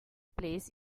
place